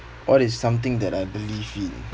what is something that I believe in